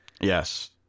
Yes